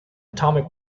atomic